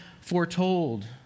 foretold